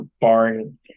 barring